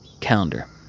calendar